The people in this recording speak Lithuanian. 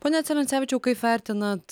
pone celencevičiau kaip vertinat